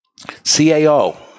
CAO